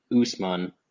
Usman